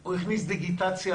הוא הכניס דיגיטציה